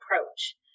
approach